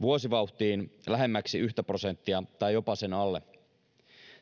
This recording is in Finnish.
vuosivauhtiin lähemmäksi yhtä prosenttia tai jopa sen alle